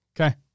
Okay